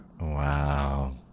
wow